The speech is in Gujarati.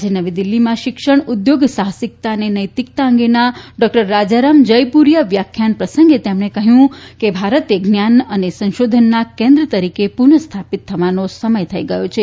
આજે નવી દિલ્હીમાં શિક્ષણ ઉદ્યોગસાહસિકતા અને નૈતિકતા અંગેના ડોકટર રાજારામ જયપ્રરિયા વ્યાખ્યાન પ્રસંગે તેમણે કહ્યું કે ભારતે જ્ઞાન અને સંશોધનના કેન્દ્ર તરીકે પુનઃસ્થાપિત થવાનો સમય થઇ ગયો છે